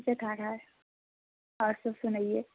ठीके ठाक है और सब सुनइयो